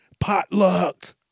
potluck